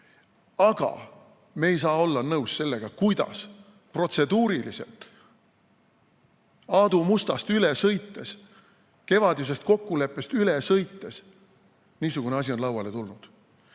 Aga me ei saa olla nõus sellega, kuidas protseduuriliselt, Aadu Mustast üle sõites, kevadisest kokkuleppest üle sõites, niisugune asi on lauale tulnud.